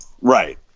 Right